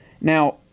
Now